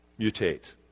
mutate